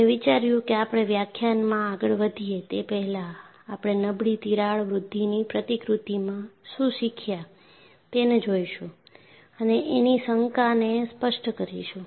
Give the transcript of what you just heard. મેં વિચાર્યું કે આપણે વ્યાખ્યાનમાં આગળ વધીએ તે પહેલાં આપણે નબળી તિરાડ વૃદ્ધિની પ્રતિકૃતિમાં શું શીખ્યા તેને જોઈશું અને એની શંકા ને સ્પષ્ટ કરીશું